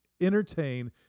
entertain